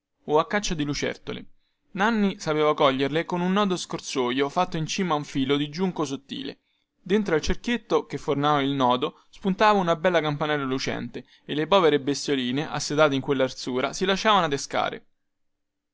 o a caccia di lucertole nanni sapeva coglierle con un nodo scorsoio fatto in cima a un filo di giunco sottile dentro al cerchietto che formava il nodo sputava una bella campanella lucente e le povere bestioline assetate in quellarsura si lasciavano adescare